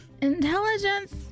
Intelligence